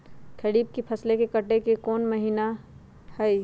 खरीफ के फसल के कटे के कोंन महिना हई?